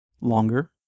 longer